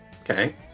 Okay